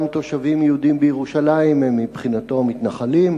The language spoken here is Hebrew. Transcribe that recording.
תושבים יהודים בירושלים הם מבחינתו מתנחלים.